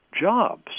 Jobs